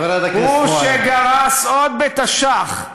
הוא שגרס עוד בתש"ח,